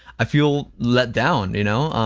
i feel let down, you know?